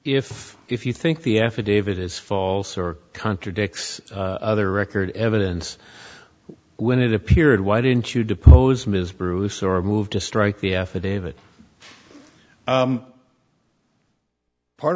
if if you think the affidavit is false or contradicts other record evidence when it appeared why didn't you depose ms bruce or move to strike the affidavit part